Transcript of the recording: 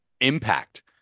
impact